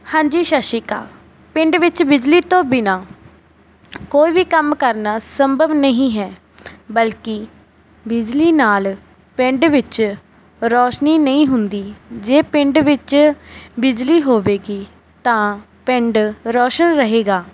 ਹਾਂਜੀ ਸਤਿ ਸ਼੍ਰੀ ਅਕਾਲ ਪਿੰਡ ਵਿੱਚ ਬਿਜਲੀ ਤੋਂ ਬਿਨਾਂ ਕੋਈ ਵੀ ਕੰਮ ਕਰਨਾ ਸੰਭਵ ਨਹੀਂ ਹੈ ਬਲਕਿ ਬਿਜਲੀ ਨਾਲ ਪਿੰਡ ਵਿੱਚ ਰੌਸ਼ਨੀ ਨਹੀਂ ਹੁੰਦੀ ਜੇ ਪਿੰਡ ਵਿੱਚ ਬਿਜਲੀ ਹੋਵੇਗੀ ਤਾਂ ਪਿੰਡ ਰੋਸ਼ਨ ਰਹੇਗਾ